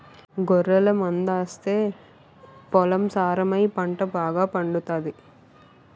గొర్రెల మందాస్తే పొలం సారమై పంట బాగాపండుతాది